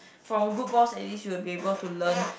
from a good boss at least you will be able to learn